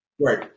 Right